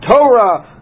Torah